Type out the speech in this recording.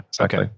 Okay